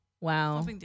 Wow